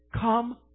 come